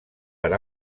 per